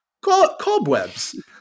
cobwebs